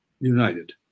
united